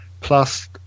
plus